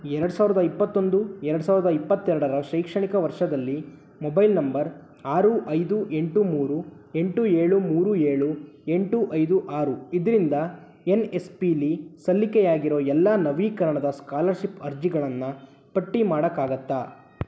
ಎರಡು ಸಾವಿರ್ದ ಇಪ್ಪತ್ತೊಂದು ಎರಡು ಸಾವಿರ್ದ ಇಪ್ಪತ್ತೆರಡರ ಶೈಕ್ಷಣಿಕ ವರ್ಷದಲ್ಲಿ ಮೊಬೈಲ್ ನಂಬರ್ ಆರು ಐದು ಎಂಟು ಮೂರು ಎಂಟು ಏಳು ಮೂರು ಏಳು ಎಂಟು ಐದು ಆರು ಇದರಿಂದ ಎನ್ ಎಸ್ ಪಿಲಿ ಸಲ್ಲಿಕೆ ಆಗಿರೊ ಎಲ್ಲ ನವೀಕರಣದ ಸ್ಕಾಲರ್ಶಿಪ್ ಅರ್ಜಿಗಳನ್ನು ಪಟ್ಟಿ ಮಾಡೋಕ್ಕಾಗುತ್ತಾ